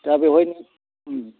दा बेवहाय